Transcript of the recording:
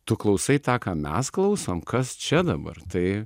tu klausai tą ką mes klausom kas čia dabar tai